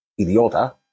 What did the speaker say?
Idiota